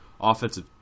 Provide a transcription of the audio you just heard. offensive